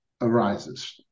arises